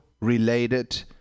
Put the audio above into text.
related